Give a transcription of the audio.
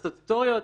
הסטטוטוריות,